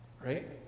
Right